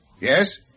Yes